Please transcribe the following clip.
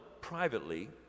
privately